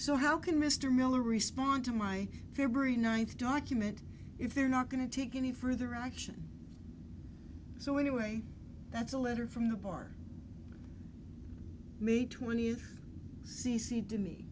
so how can mr miller respond to my february ninth document if they're not going to take any further action so anyway that's a letter from the par me to when you see cede to me